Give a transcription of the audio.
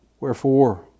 Wherefore